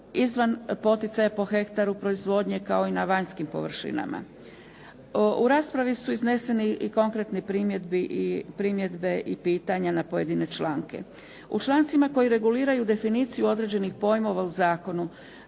izvan poticaja po hektaru proizvodnje kao i na vanjskim površinama. U raspravi su izneseni i konkretne primjedbe i pitanja na pojedine članke. U člancima koji reguliraju definiciju određenih pojmova u zakonu